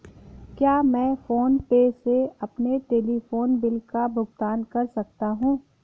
क्या मैं PhonePe से अपने टेलीफोन बिल का भुगतान कर सकता हूँ?